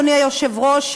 אדוני היושב-ראש,